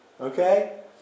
Okay